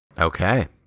okay